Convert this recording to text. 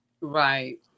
Right